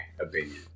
opinion